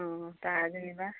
অ তাৰ যেনিবা